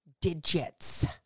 digits